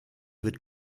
wird